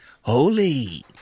holy